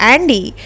Andy